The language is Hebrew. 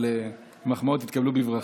אבל מחמאות יתקבלו בברכה.